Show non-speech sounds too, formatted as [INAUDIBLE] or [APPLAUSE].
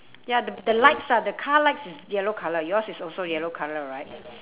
ya the the lights lah the car lights is yellow colour yours is also yellow colour right [NOISE]